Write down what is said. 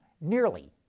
nearly